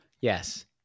Yes